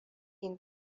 این